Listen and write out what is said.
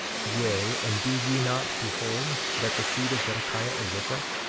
yea, and do ye not behold that the seed of zedekiah are with us,